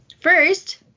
First